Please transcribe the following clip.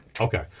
Okay